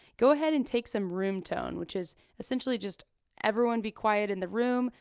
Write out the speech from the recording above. go ahead and take some room tone, which is essentially just everyone be quiet in the room.